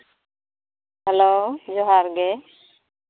hello ᱡᱚᱦᱟᱨᱜᱮ